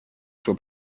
sua